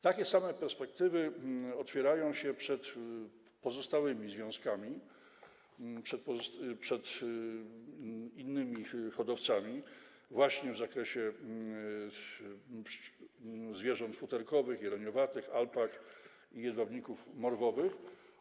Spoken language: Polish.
Takie same perspektywy otwierają się przed pozostałymi związkami, przed innymi hodowcami właśnie w zakresie zwierząt futerkowych, jeleniowatych, alpak i jedwabników morwowych.